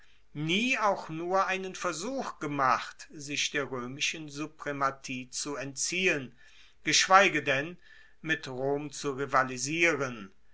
nie auch nur einen versuch gemacht sich der roemischen suprematie zu entziehen geschweige denn mit rom zu rivalisieren